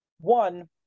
one